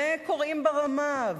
וקוראים ברמה,